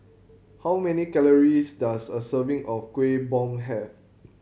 how many calories does a serving of Kuih Bom have